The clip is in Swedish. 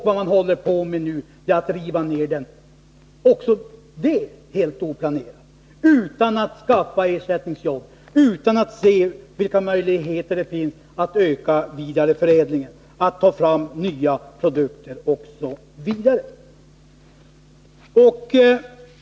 Vad man nu håller på med är att riva ned industrin — också det helt oplanerat, utan att man skaffar ersättningsjobb och utan att man undersöker vilka möjligheter man har att öka vidareförädlingen och ta fram nya produkter, OSV.